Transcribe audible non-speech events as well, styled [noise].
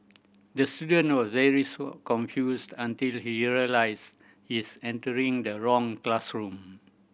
the student was very [unintelligible] confused until he realised his entered the wrong classroom